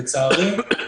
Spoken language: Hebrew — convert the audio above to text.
לצערי,